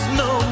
no